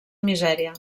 misèria